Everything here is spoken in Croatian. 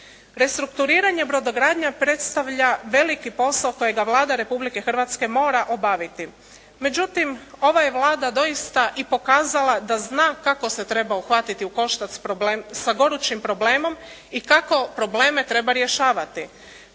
Restrukturiranje brodogradnje predstavlja veliki posao kojega Vlada Republike Hrvatske mora obaviti. Međutim, ova je Vlada doista i pokazala da zna kako se treba uhvatiti u koštac sa gorućim problemom i kako probleme treba rješavati.